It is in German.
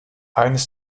eines